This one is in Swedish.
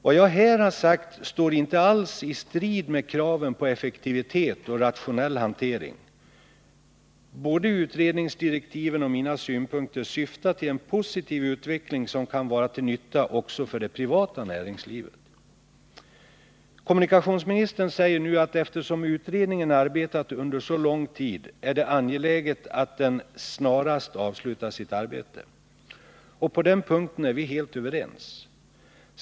Vad jag här har sagt står inte alls i strid med kraven på effektivitet och rationell hantering. Både utredningsdirektiven och mina synpunkter syftar till en positiv utveckling som kan vara till nytta också för det privata näringslivet. Kommunikationsministern säger nu att eftersom utredningen har arbetat under så lång tid är det angeläget att den snarast avslutar sitt arbete. På den punkten är vi helt överens.